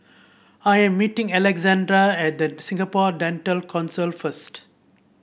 I am meeting Alexander at The Singapore Dental Council first